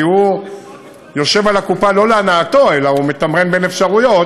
כי הוא יושב על הקופה לא להנאתו אלא הוא מתמרן בין אפשרויות,